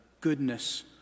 goodness